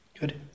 Good